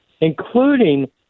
including